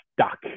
stuck